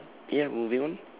ya moving on